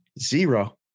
Zero